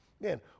Man